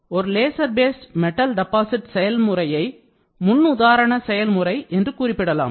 ஒரு laser based metal deposit செயல்முறையை முன்னுதாரண செயல்முறை என்று குறிப்பிடலாம்